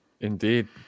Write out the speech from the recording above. Indeed